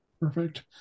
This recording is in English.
Perfect